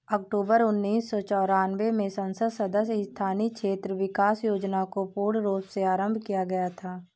अक्टूबर उन्नीस सौ चौरानवे में संसद सदस्य स्थानीय क्षेत्र विकास योजना को पूर्ण रूप से आरम्भ किया गया था